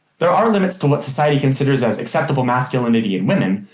there are limits to what society considers as acceptable masculinity in women,